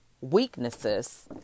weaknesses